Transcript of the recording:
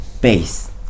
base